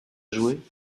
jouer